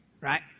right